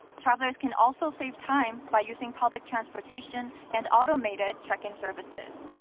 travelers can also save time by using public transportation and automated check-in services.